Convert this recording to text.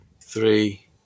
Three